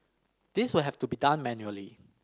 this will have to be done manually